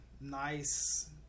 nice